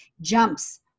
jumps